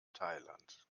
thailand